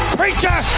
preacher